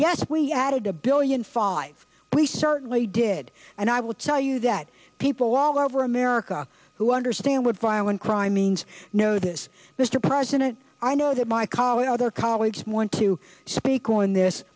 yes we added a billion five we certainly did and i will tell you that people all over america who understand what violent crime means know this mr president i know that my colleagues other colleagues want to speak on this